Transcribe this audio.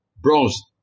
bronze